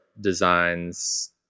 designs